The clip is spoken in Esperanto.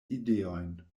ideojn